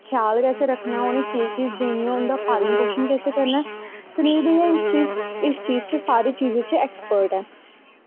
श्याल कैसे रक्खनां ऐं उनेंगी केह् चीज़ देनीं ऐं उनेंगी पालन पोशन कियां करनां ऐं सुनील भईया इस चीज़ च सारी चीज़ च ऐक्सपर्ट ऐं